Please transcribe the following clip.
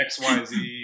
XYZ